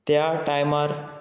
त्या टायमार